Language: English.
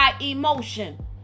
emotion